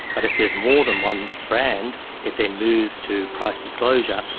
but if there's more than one brand it then moves to price disclosure,